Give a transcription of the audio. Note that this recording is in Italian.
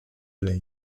lane